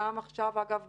גם עכשיו אגב,